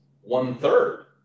one-third